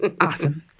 awesome